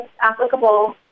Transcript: applicable